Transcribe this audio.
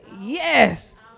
Yes